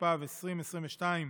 התשפ"ב 2022,